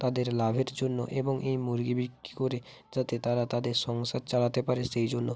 তাদের লাভের জন্য এবং এই মুরগি বিক্রি করে যাতে তারা তাদের সংসার চালাতে পারে সেই জন্য